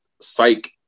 psych